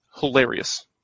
hilarious